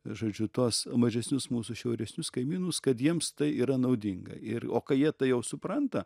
žodžiu tuos mažesnius mūsų šiauresnius kaimynus kad jiems tai yra naudinga ir o kai jie tai jau supranta